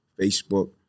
Facebook